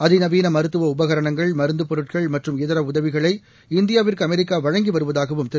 அதிநவீன மருத்துவ உபகரணங்கள் மருந்துப் பொருட்கள் மற்றும் இதர உதவிகளை இந்தியாவிற்கு அமெரிக்கா வழங்கி வருவதாகவும் திரு